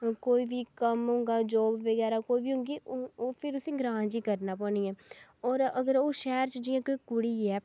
कोई बी कम्म होगा जाॅब बगैरा कोई बी होगी क्योंकि ओह् फिर उसी ग्रांऽ च ई करना पौनी ऐ होर अगर ओह् शैह्र योग्य कुड़ी ऐ